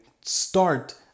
start